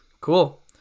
cool